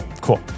Cool